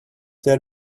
there